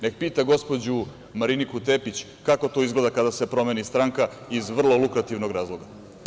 Neka pita gospođu Mariniku Tepić kako to izgleda kada se promeni stranka iz vrlo lukrativnog razloga.